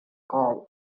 call